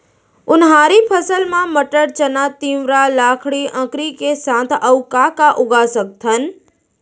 उनहारी फसल मा मटर, चना, तिंवरा, लाखड़ी, अंकरी के साथ अऊ का का उगा सकथन?